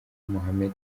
mohamed